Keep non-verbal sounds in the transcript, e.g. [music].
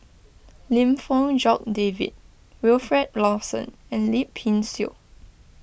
[noise] Lim Fong Jock David Wilfed Lawson and Lip Pin Xiu